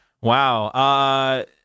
Wow